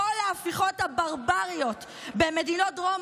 בכל ההפיכות הברבריות במדינות דרום